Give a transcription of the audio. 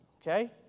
Okay